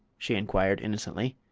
she inquired, innocently.